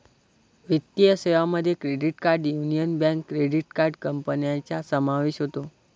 वित्तीय सेवांमध्ये credit card Union Bank credit card कंपन्यांचा समावेश होतो